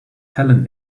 helen